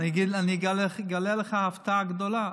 אני אגלה לך הפתעה גדולה: